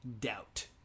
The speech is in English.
doubt